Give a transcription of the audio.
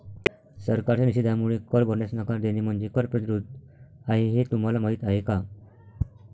सरकारच्या निषेधामुळे कर भरण्यास नकार देणे म्हणजे कर प्रतिरोध आहे हे तुम्हाला माहीत आहे का